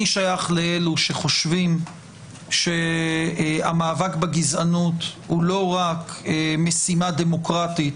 אני שייך לאלה שחושבים שהמאבק בגזענות הוא לא רק משימה דמוקרטית,